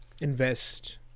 invest